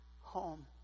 home